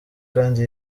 kandi